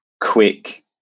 quick